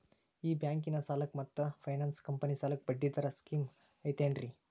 ಈ ಬ್ಯಾಂಕಿನ ಸಾಲಕ್ಕ ಮತ್ತ ಫೈನಾನ್ಸ್ ಕಂಪನಿ ಸಾಲಕ್ಕ ಬಡ್ಡಿ ದರ ಸೇಮ್ ಐತೇನ್ರೇ?